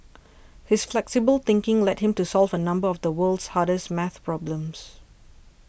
his flexible thinking led him to solve a number of the world's hardest math problems